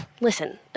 listen